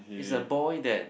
is a boy that